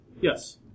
yes